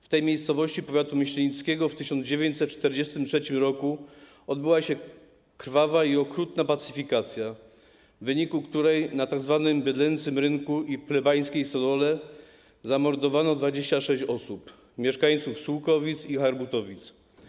W tej miejscowości powiatu myślenickiego w 1943 r. odbyła się krwawa i okrutna pacyfikacja, w wyniku której na tzw. bydlęcym rynku i w plebańskiej stodole zamordowano 26 osób - mieszkańców Sułkowic i Harbutowic.